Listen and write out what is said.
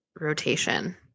rotation